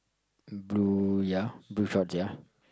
blue ya blue shorts ya